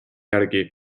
järgi